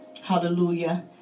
hallelujah